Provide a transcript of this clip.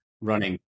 running